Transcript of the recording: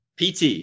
Pt